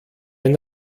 ein